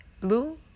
blue